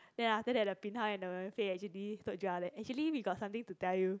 then after that the bin hao and the Wen Fei actually told Joel that actually we got something to tell you